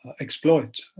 exploit